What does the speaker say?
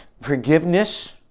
Forgiveness